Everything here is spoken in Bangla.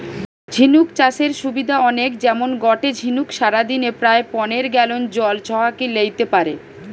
ঝিনুক চাষের সুবিধা অনেক যেমন গটে ঝিনুক সারাদিনে প্রায় পনের গ্যালন জল ছহাকি লেইতে পারে